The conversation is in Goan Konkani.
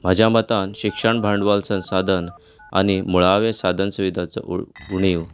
म्हज्या मतान शिक्षण भांडवल संसादन आनी मुळावें साधन सुविदाचो उणीव